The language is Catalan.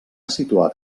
situat